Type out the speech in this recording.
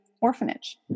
orphanage